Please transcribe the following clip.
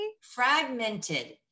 fragmented